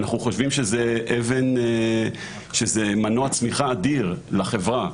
אנחנו חושבים שזה מנוע צמיחה אדיר לחברה,